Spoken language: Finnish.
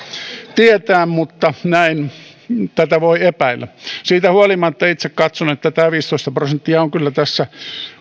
tietää mutta tätä voi epäillä siitä huolimatta itse katson että tämä viisitoista prosenttia on kyllä tässä